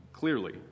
clearly